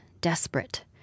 desperate